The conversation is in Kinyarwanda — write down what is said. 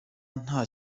nta